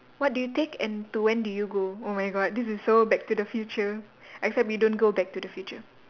what do you take and to when do you go oh my god this is so back to the future except we don't go back to the future